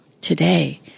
today—